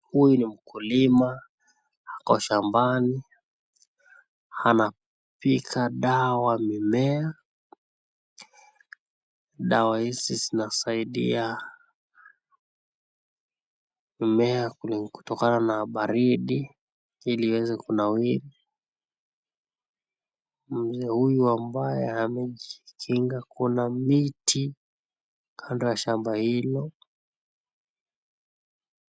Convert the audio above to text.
Huyu ni mkulima ako shambani anapiga dawa mimea. Dawa hizi zinasaidia mimea kutokana na baridi ili iweze kunawiri. Mimea huyu ambaye amejikinga [] kuna miti kando ya shamba hilo.